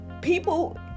people